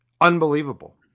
Unbelievable